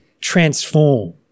transform